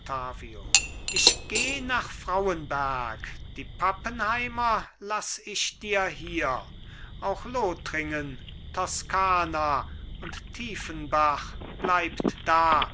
ich geh nach frauenberg die pappenheimer laß ich dir hier auch lothringen toscana und tiefenbach bleibt da